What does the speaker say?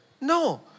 No